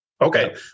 Okay